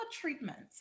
treatments